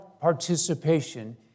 participation